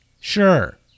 Sure